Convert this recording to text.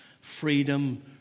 Freedom